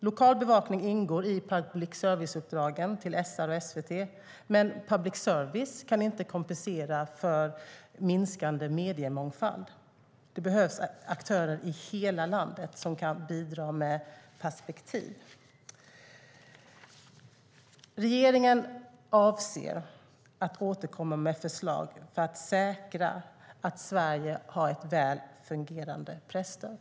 Lokalbevakning ingår i public service-uppdragen till SR och SVT, men public service kan inte kompensera för minskande mediemångfald. Det behövs aktörer i hela landet som kan bidra med perspektiv. Regeringen avser att återkomma med förslag för att säkra att Sverige har ett väl fungerande presstöd.